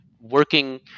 working